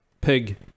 pig